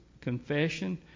confession